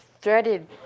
threaded